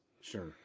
sure